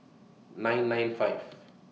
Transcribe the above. nine nine five